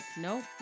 nope